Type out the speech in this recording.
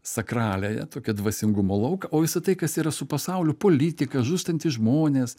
sakraliąją tokią dvasingumo lauką o visa tai kas yra su pasauliu politika žūstantys žmonės